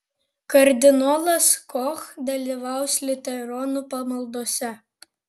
kardinolas koch dalyvaus liuteronų pamaldose